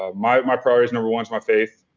ah my my priorities, number one is my faith,